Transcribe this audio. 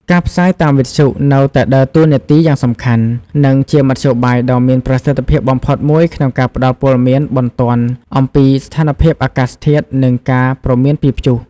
ការផ្សាយតាមវិទ្យុ នៅតែដើរតួនាទីយ៉ាងសំខាន់ និងជាមធ្យោបាយដ៏មានប្រសិទ្ធភាពបំផុតមួយក្នុងការផ្តល់ព័ត៌មានបន្ទាន់អំពីស្ថានភាពអាកាសធាតុ និងការព្រមានពីព្យុះ ។